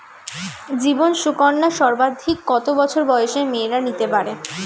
জীবন সুকন্যা সর্বাধিক কত বছর বয়সের মেয়েরা নিতে পারে?